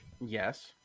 yes